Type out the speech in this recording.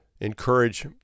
encourage